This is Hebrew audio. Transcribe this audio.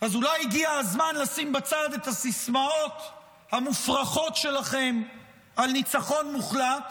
אז אולי הגיע הזמן לשים בצד את הסיסמאות המופרכות שלכם על ניצחון מוחלט